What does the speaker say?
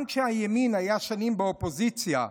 גם כשהימין היה שנים באופוזיציה,